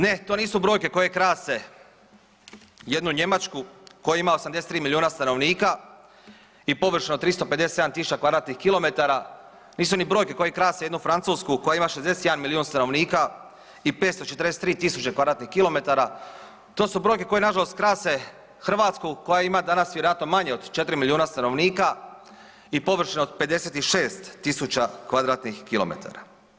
Ne, to nisu brojke koje krase jednu Njemačku koja ima 83 milijuna stanovnika i površinu od 357.000 kvadratnih kilometara, nisu ni brojke koje krase jednu Francusku koja ima 61 milijun stanovnika i 543.000 kvadratnih kilometara, to su brojke koje nažalost krase Hrvatsku koja ima danas vjerojatno manje od 4 milijuna stanovnika i površinu od 56.000 kvadratnih kilometara.